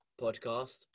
podcast